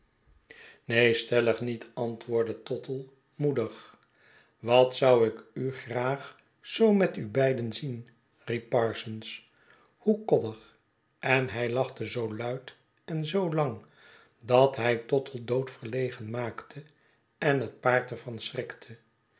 neen stellig niet antwoordde tottle moedig wat zou ik u graag zoo metubeidenzien riep parsons hoe koddig en hij lachte zoo luid en zoo lang dat hij tottle doodverlegen maakte en het paard er van schrikte